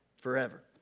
forever